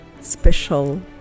special